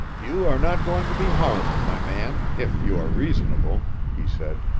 you are not going to be harmed, my man if you are reasonable, he said.